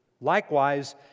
Likewise